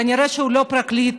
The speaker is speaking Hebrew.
כנראה שהוא לא פרקליט